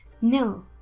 no